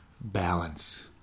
Balance